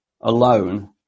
alone